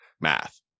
math